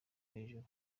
hejuru